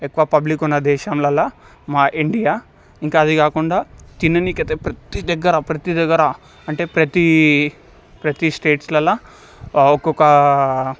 ఎక్కువ పబ్లిక్ ఉన్న దేశంలల్ల మన ఇండియా ఇంకా అది కాకుండా తిననీకి అయితే ప్రతీ దగ్గర ప్రతీ దగ్గర అంటే ప్రతీ ప్రతీ స్టేట్స్లల్లో ఒక్కొక్క